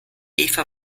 eva